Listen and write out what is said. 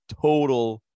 total